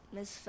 Miss